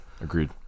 agreed